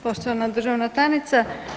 Poštovana državna tajnice.